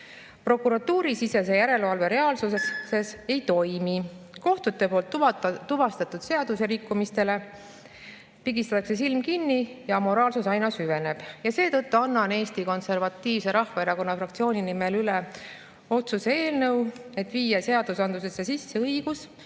Prokuratuurisisene järelevalve reaalsuses ei toimi, kohtute tuvastatud seadusrikkumiste suhtes pigistatakse silm kinni ja amoraalsus aina süveneb. Seetõttu annan Eesti Konservatiivse Rahvaerakonna fraktsiooni nimel üle otsuse eelnõu, et viia seadusandlusesse sisse